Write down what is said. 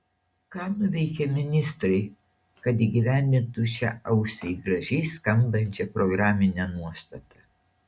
ką nuveikė ministrai kad įgyvendintų šią ausiai gražiai skambančią programinę nuostatą